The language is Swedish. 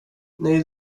nej